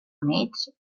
units